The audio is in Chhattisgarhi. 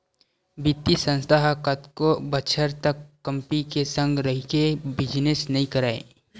बित्तीय संस्था ह कतको बछर तक कंपी के संग रहिके बिजनेस नइ करय